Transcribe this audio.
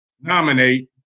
nominate